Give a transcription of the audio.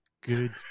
Good